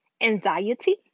anxiety